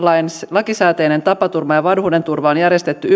lakisääteinen tapaturma ja vanhuudenturva on järjestetty